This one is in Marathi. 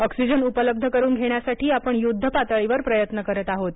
ऑक्सिजन उपलब्ध करून घेण्यासाठी आपण युद्ध पातळीवर प्रयत्न करीत आहोत